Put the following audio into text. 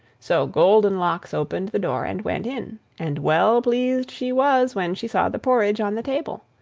so goldenlocks opened the door, and went in and well pleased she was when she saw the porridge on the table.